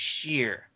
sheer